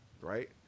Right